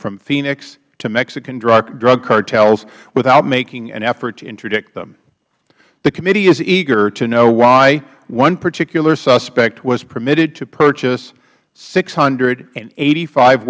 from phoenix to mexican drug cartels without making an effort to interdict them the committee is eager to know why one particular suspect was permitted to purchase six hundred and eighty five